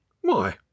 Why